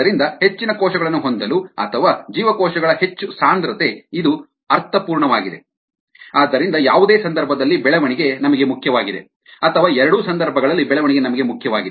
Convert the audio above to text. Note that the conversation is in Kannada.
ಆದ್ದರಿಂದ ಹೆಚ್ಚಿನ ಕೋಶಗಳನ್ನು ಹೊಂದಲು ಅಥವಾ ಜೀವಕೋಶಗಳ ಹೆಚ್ಚು ಸಾಂದ್ರತೆ ಇದು ಅರ್ಥಪೂರ್ಣವಾಗಿದೆ ಆದ್ದರಿಂದ ಯಾವುದೇ ಸಂದರ್ಭದಲ್ಲಿ ಬೆಳವಣಿಗೆ ನಮಗೆ ಮುಖ್ಯವಾಗಿದೆ ಅಥವಾ ಎರಡೂ ಸಂದರ್ಭಗಳಲ್ಲಿ ಬೆಳವಣಿಗೆ ನಮಗೆ ಮುಖ್ಯವಾಗಿದೆ